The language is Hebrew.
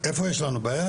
איפה יש לנו בעיה?